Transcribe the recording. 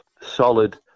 solid